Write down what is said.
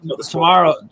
tomorrow